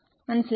മനസ്സിലായോ